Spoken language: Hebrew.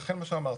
לכן מה שאמרתי,